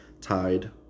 tied